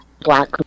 black